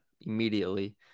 immediately